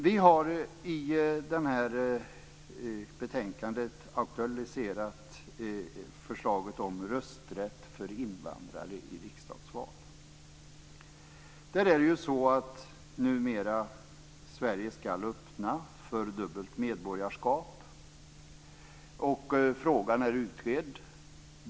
Vi har i betänkandet aktualiserat förslaget om rösträtt för invandrare i riksdagsval. Numera ska ju Sverige öppna för dubbelt medborgarskap. Frågan är utredd.